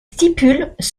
stipules